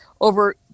over